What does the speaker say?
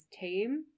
team